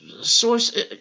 source